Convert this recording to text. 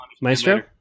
Maestro